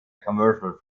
commercial